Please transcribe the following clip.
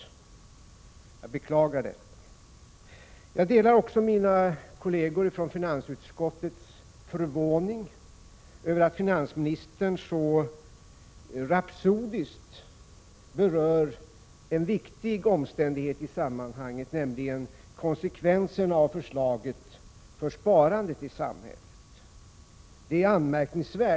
Detta beklagar jag. Jag delar också den förvåning som mina kolleger inom finansutskottet uttryckt över att finansministern så rapsodiskt berör en viktig omständigheti = Prot. 1986/87:48 sammanhanget, nämligen konsekvenserna av förslaget för sparandet i 12 december 1986 samhället.